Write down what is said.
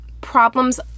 problems